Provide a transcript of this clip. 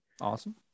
Awesome